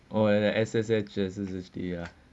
S S S S fit ah